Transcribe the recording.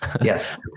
Yes